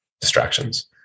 distractions